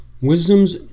Wisdom's